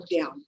down